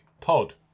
Pod